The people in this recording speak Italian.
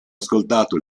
ascoltato